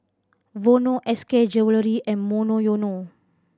Vono S K Jewellery and Monoyono